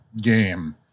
game